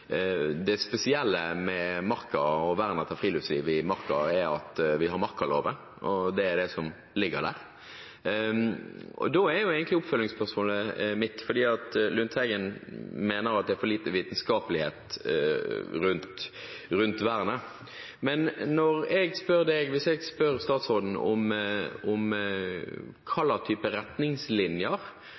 det spesielle med marka og vernet av friluftsliv i marka er at vi har markaloven, og det er det som ligger der. Lundteigen mener det er for lite vitenskapelighet rundt vernet, så jeg spør statsråden: Hvilke type retningslinjer